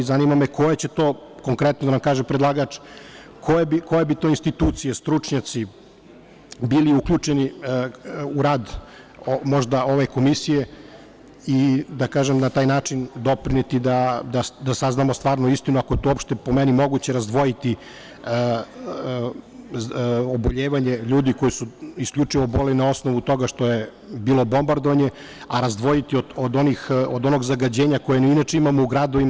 Zanima me koje će to, konkretno da nam kaže predlagač, koje bi to institucije, stručnjaci, bili uključeni u rad možda ove komisije i na taj način doprineti da saznamo stvarnu istinu, ako je to uopšte, po meni, moguće, razdvojiti oboljevanje ljudi koji su isključivo oboleli na osnovu toga što je bilo bombardovanje, a razdvojiti od onog zagađenja koje inače imamo u gradovima?